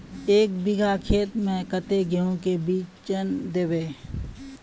एक बिगहा खेत में कते गेहूम के बिचन दबे?